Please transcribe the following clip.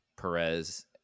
Perez